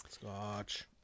scotch